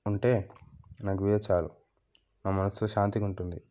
ఉంటే నాకు ఇదే చాలు నా మనసు శాంతంగా ఉంటుంది